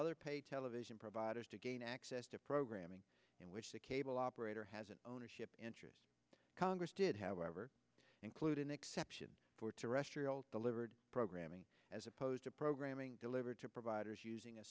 other pay television providers to gain access to programming in which the cable operator has an ownership interest congress did however include an exception for terrestrial delivered programming as opposed to programming delivered to providers using a